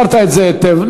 הסברת את זה היטב.